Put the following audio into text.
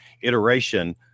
iteration